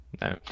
no